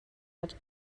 hat